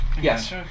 Yes